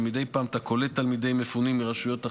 ומדי פעם אתה קולט תלמידי מפונים מרשויות אחרות,